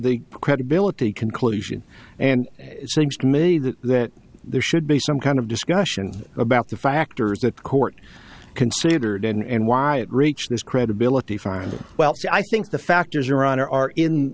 the credibility conclusion and seems to me that that there should be some kind of discussion about the factors that the court considered and why it reached this credibility finding well i think the factors are on or are in